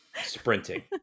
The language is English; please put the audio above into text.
Sprinting